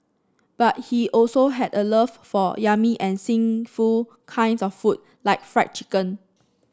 but he also had a love for yummy and sinful kinds of food like fried chicken